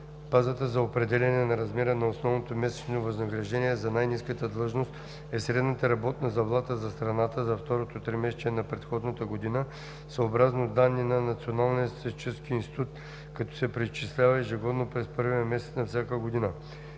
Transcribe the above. „Базата за определяне на размера на основното месечно възнаграждение за най-ниската длъжност е средната работна заплата за страната за второто тримесечие на предходната година, съобразно данни на Националния статистически институт, като се преизчислява ежегодно през първия месец на всяка година.